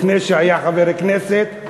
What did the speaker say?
לפני שהיה חבר כנסת,